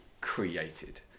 created